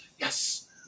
Yes